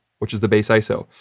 which is the base iso.